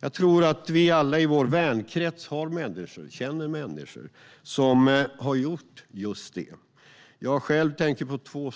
Jag tror att vi alla har människor i vår vänkrets och känner människor som har gjort just detta. Jag själv tänker på två.